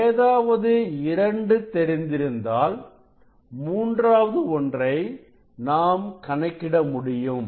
ஏதாவது 2 தெரிந்திருந்தால் மூன்றாவது ஒன்றை நாம் கணக்கிட முடியும்